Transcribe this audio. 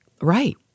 Right